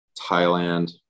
Thailand